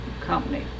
company